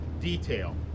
detail